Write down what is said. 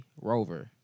Rover